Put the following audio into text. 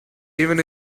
even